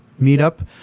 meetup